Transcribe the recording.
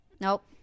Nope